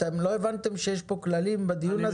לא הבנתם שיש כללים בדיון הזה?